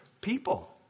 people